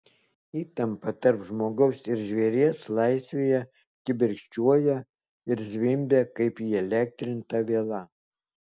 įtampa tarp žmogaus ir žvėries laisvėje kibirkščiuoja ir zvimbia kaip įelektrinta viela